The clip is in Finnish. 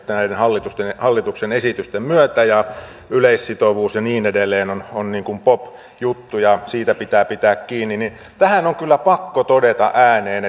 näiden hallituksen esitysten myötä ja yleissitovuus ja niin edelleen on on niin kuin pop juttu ja siitä pitää pitää kiinni tähän on kyllä pakko todeta ääneen